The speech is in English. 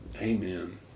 Amen